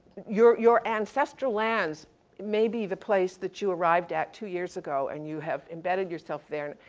you're, you're ancestral lands may be the place that you arrived at two years ago and you have embedded yourself there.